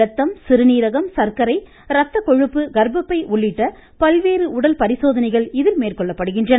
ரத்தம் சிறுநீரகம் சர்க்கரை ரத்தக்கொழுப்பு கர்ப்பப்பை உள்ளிட்ட பல்வேறு உடல் பரிசோதனைகள் இதில் மேற்கொள்ளப்படுகின்றன